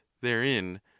therein